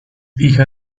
hija